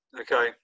Okay